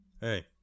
Hey